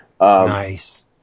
Nice